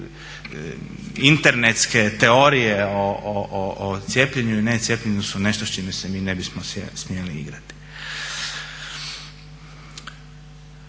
internetske teorije o cijepljenju i necijepljenju su nešto s čime se mi ne bi smjeli igrati.